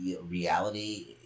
reality